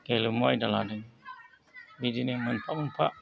गेलेमु आयदा लादों बिदिनो मोनफा मोनफा